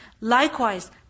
Likewise